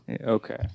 Okay